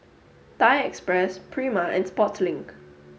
Thai Express Prima and Sportslink